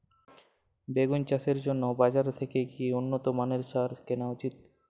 বেগুন চাষের জন্য বাজার থেকে কি উন্নত মানের সার কিনা উচিৎ?